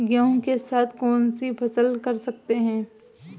गेहूँ के साथ कौनसी फसल कर सकते हैं?